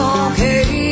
okay